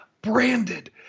branded